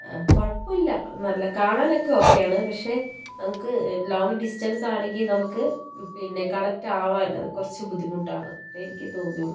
ആ കുഴപ്പമില്ല നല്ല കാണാനൊക്കെ ഓക്കെ ആണ് പക്ഷേ നമുക്ക് ഡിസ്റ്റൻസ് ആണെങ്കിൽ നമുക്ക് പിന്നെ കണക്റ്റ് ആവാൻ കുറച്ച് ബുദ്ധിമുട്ടാണ് അത്രയേ എനിക്ക് തോന്നിയുള്ളൂ